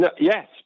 Yes